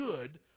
good